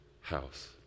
house